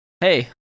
Hey